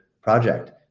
project